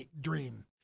dream